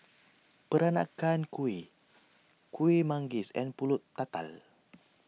Peranakan Kueh Kuih Manggis and Pulut Tatal